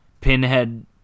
Pinhead